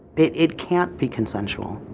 it, it can't be consensual.